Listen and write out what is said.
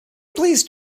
please